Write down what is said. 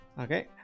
Okay